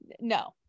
No